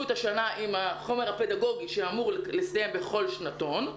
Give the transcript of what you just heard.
את השנה עם החומר הפדגוגי שאמור להילמד בכל שנתון,